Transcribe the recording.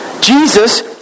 Jesus